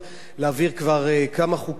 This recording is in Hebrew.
להעביר כבר כמה חוקים,